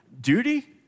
Duty